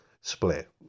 split